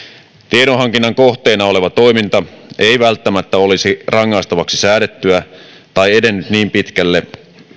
tiedonhankinnan kohteena oleva toiminta ei välttämättä olisi rangaistavaksi säädettyä tai edennyt niin pitkälle